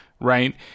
right